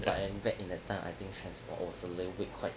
ya and back in that time I think transport was a little bit quite